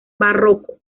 barroco